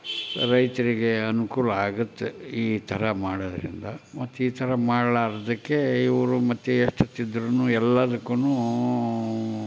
ರೈತರಿಗೆ ಅನುಕೂಲ ಆಗುತ್ತೆ ಈ ಥರ ಮಾಡೋದರಿಂದ ಮತ್ತು ಈ ಥರ ಮಾಡಲಾರ್ದಕ್ಕೆ ಇವರು ಮತ್ತೆ ಎಷ್ಟೊತ್ತಿದ್ದರೂ ಎಲ್ಲದಕ್ಕೂ